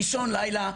באישון לילה,